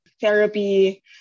therapy